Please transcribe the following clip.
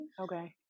Okay